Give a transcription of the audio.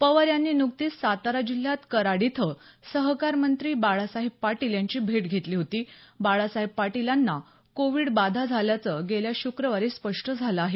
पवार यांनी नुकतीच सातारा जिल्ह्यात कराड इथं सहकार मंत्री बाळासाहेब पाटील यांची भेट घेतली होती बाळासाहेब पाटील यांना कोविड बाधा झाल्याचं गेल्या शुक्रवारी स्पष्ट झाल आहे